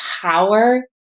power